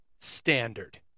standard